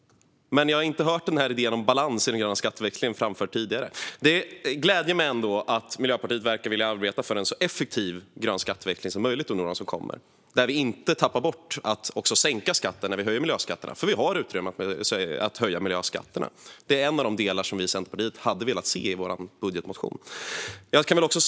Men jag har inte hört något om idén om balans i den gröna skatteväxlingen tidigare. Det gläder mig ändå att Miljöpartiet verkar vilja arbeta för en så effektiv grön skatteväxling som möjligt under åren som kommer där man inte tappar bort att sänka skatten när man höjer miljöskatterna. Det finns utrymme att höja miljöskatterna. Det är en av de delar som vi i Centerpartiet hade velat se i vår budgetmotion.